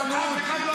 מבחני רבנות,